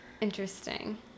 Interesting